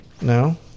No